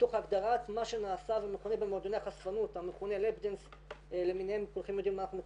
בחדרים האלה שנבנו למטרה הזאת וכל צרכני הזנות ידעו ששם זה